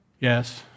yes